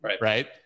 right